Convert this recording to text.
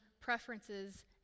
preferences